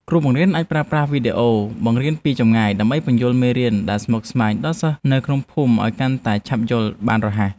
គ្រូបង្រៀនអាចប្រើប្រាស់វីដេអូបង្រៀនពីចម្ងាយដើម្បីពន្យល់មេរៀនដែលស្មុគស្មាញដល់សិស្សនៅក្នុងភូមិឱ្យកាន់តែឆាប់យល់បានរហ័ស។